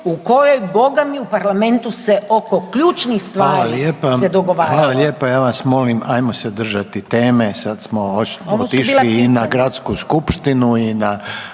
u kojoj Boga mi, u parlamentu se oko ključnih stvari se dogovara. **Reiner, Željko (HDZ)** Hvala lijepa. Ja vas molim, ajmo se držati teme, sad smo očito otišli na Gradsku skupštinu i na